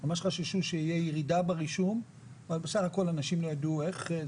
ממש חששו שיהיה ירידה ברישום אבל בסך הכול הרישום גדל.